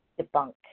debunk